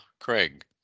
Craig